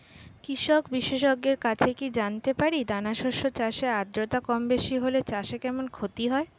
কৃষক বিশেষজ্ঞের কাছে কি জানতে পারি দানা শস্য চাষে আদ্রতা কমবেশি হলে চাষে কেমন ক্ষতি হয়?